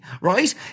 right